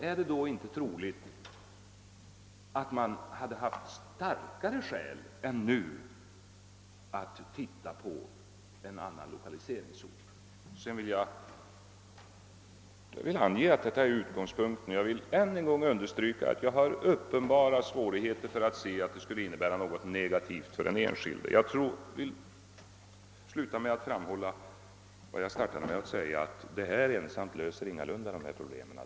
är det då inte troligt att man hade haft starkare skäl än nu att fundera på en annan lokaliseringsort? Det är detta som har varit min utgångspunkt, och jag vill än en gång understryka att jag har mycket svårt att finna att vad jag talat för skulle innebära något negativt för den enskilde. Som jag sade inledningsvis löser inte mitt förslag ensamt alla problem.